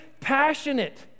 passionate